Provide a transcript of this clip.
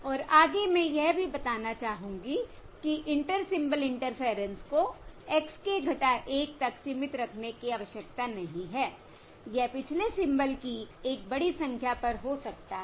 और आगे मैं यह भी बताना चाहूंगी कि इंटर सिंबल इंटरफेयरेंस को x k 1 तक सीमित रखने की आवश्यकता नहीं है यह पिछले सिंबल की एक बड़ी संख्या पर हो सकता है